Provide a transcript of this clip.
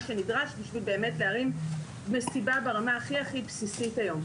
שנדרש בשביל באמת להרים מסיבה ברמה הכי הכי בסיסית היום.